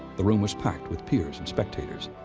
the room was packed with peers and spectators.